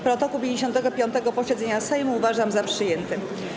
Protokół 55. posiedzenia Sejmu uważam za przyjęty.